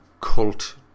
cult